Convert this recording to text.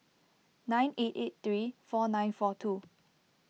nine eight eight three four nine four two